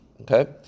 Okay